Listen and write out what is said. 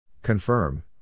Confirm